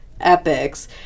epics